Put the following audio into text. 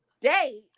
date